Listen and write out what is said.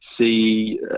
see